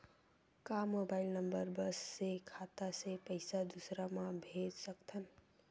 का mobile number बस से खाता से पईसा दूसरा मा भेज सकथन?